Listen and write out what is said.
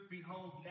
Behold